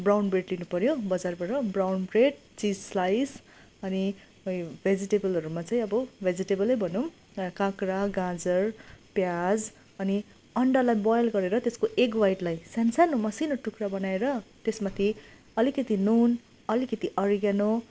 brown bread लिनु पऱ्यो बजारबाट ब्राउन ब्रेड चिज स्लाइस अनि र यो भेजिटेबलहरूमा चाहिँ अब भेजिटेबलै भनौँ काँक्रा गाजर प्याज अनि अन्डालाई बोयल गरेर त्यसको एग व्हाइटलाई सान्सानो मसिनो टुक्रा बनाएर त्यस माथि अलिकति नुन अलिकति अरिग्यानो